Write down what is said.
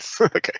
okay